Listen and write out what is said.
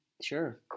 Sure